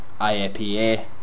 IAPA